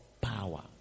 power